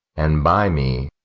and by me,